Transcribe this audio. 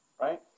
right